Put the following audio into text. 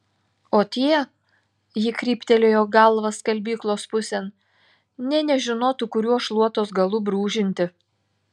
o tie ji kryptelėjo galva skalbyklos pusėn nė nežinotų kuriuo šluotos galu brūžinti